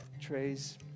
trays